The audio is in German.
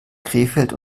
krefeld